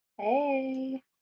hey